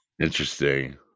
Interesting